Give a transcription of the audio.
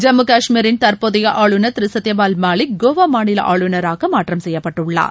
ஜம்மு காஷ்மீரின் தற்போதைய ஆளுநர் திரு சத்தியபால் மாலிக் கோவா மாநில ஆளுநராக மாற்றம் செய்யப்பட்டுள்ளார்